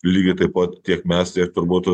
lygiai taip pat tiek mes tiek turbūt